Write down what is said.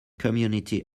community